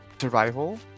survival